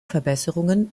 verbesserungen